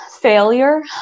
failure